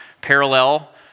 parallel